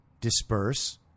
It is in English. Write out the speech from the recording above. disperse